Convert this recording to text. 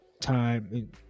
time